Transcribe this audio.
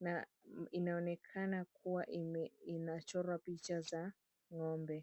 na inaonekana kuwa inachorwa picha za ng'ombe.